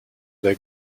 der